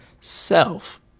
self